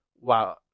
Wow